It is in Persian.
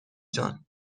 جان